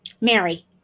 Mary